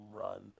run